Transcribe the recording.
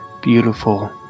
beautiful